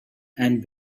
and